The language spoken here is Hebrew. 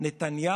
נכון,